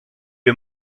est